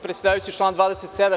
Predsedavajući, član 27.